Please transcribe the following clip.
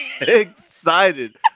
Excited